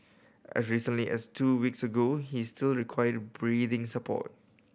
as recently as two weeks ago he still required breathing support